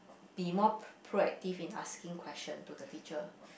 be more pr~ proactive in asking question to the teacher